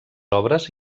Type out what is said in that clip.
obres